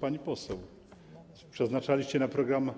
Pani poseł, przeznaczaliście na program